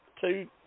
two